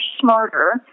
smarter